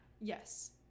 yes